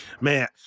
Man